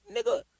Nigga